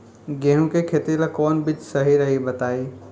गेहूं के खेती ला कोवन बीज सही रही बताई?